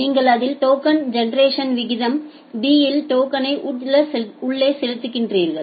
நீங்கள் அதில் token generation விகிதம் b யில் டோக்கனை உட் செலுத்துகிறீர்கள்